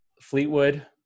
Fleetwood